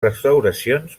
restauracions